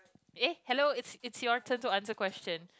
eh hello it's it's your turn to answer question